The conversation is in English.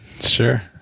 Sure